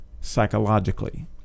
psychologically